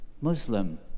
Muslim